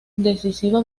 decisiva